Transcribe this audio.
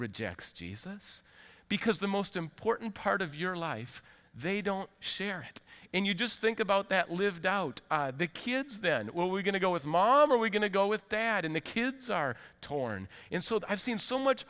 rejects jesus because the most important part of your life they don't share it and you just think about that lived out the kids then what we're going to go with mom are we going to go with dad and the kids are torn in so what i've seen so much